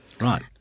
Right